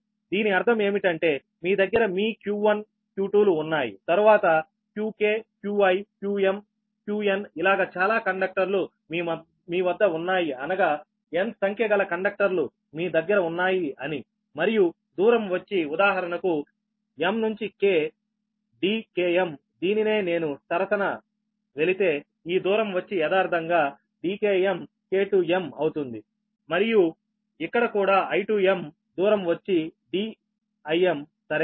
దీని అర్థం ఏమిటంటే మీ దగ్గర మీ q1 q2 లు ఉన్నాయి తరువాత qk qi qm qn ఇలాగ చాలా కండక్టర్లు మీ వద్ద ఉన్నాయి అనగా n సంఖ్యగల కండక్టర్లు మీ దగ్గర ఉన్నాయి అని మరియు దూరం వచ్చి ఉదాహరణకు m to k Dkm దీని సరసన వెళితే ఈ దూరం వచ్చి యదార్ధంగా Dkm k to m అవుతుంది మరియు ఇక్కడ కూడా I to m దూరం వచ్చి Dim సరేనా